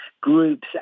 groups